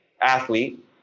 athlete